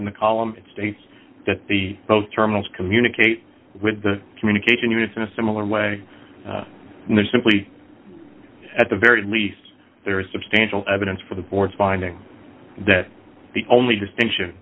in the column it states that the those terminals communicate with the communication units in a similar way and there simply at the very least there is substantial evidence for the board's finding that the only distinction